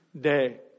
day